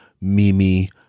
Mimi